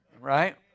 right